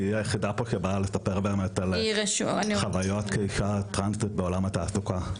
כי היא היחידה שבאה לספר באמת על חוויות כאישה טרנסית בעולם התעסוקה.